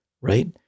right